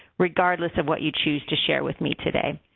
regardless of what you choose to share with me today.